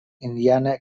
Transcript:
indiana